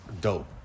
dope